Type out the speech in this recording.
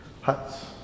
huts